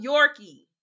Yorkie